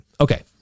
Okay